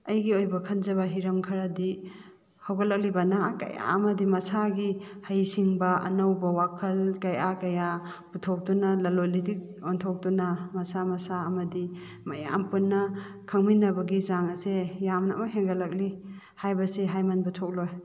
ꯑꯩꯒꯤ ꯑꯣꯏꯕ ꯈꯟꯖꯕ ꯍꯤꯔꯝ ꯈꯔꯗꯤ ꯍꯧꯒꯠꯂꯛꯂꯤꯕ ꯅꯍꯥ ꯀꯌꯥ ꯑꯃꯗꯤ ꯃꯁꯥꯒꯤ ꯍꯩ ꯁꯤꯡꯕ ꯑꯅꯧꯕ ꯋꯥꯈꯜ ꯀꯌꯥ ꯀꯌꯥ ꯄꯨꯊꯣꯛꯇꯨꯅ ꯂꯂꯣꯟ ꯏꯇꯤꯛ ꯑꯣꯟꯊꯣꯛꯇꯨꯅ ꯃꯁꯥ ꯃꯁꯥ ꯑꯃꯗꯤ ꯃꯌꯥꯝ ꯄꯨꯟꯅ ꯈꯪꯃꯤꯟꯅꯕꯒꯤ ꯆꯥꯡ ꯑꯁꯦ ꯌꯥꯝꯅꯃꯛ ꯍꯦꯟꯒꯠꯂꯛꯂꯤ ꯍꯥꯏꯕꯁꯦ ꯍꯥꯏꯃꯟꯕ ꯊꯣꯛꯂꯣꯏ